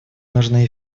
нужны